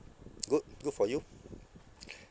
good good for you